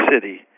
city